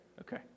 Okay